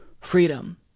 freedom